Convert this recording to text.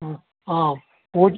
ಹಾಂ ಹಾಂ ಪೂಜಿ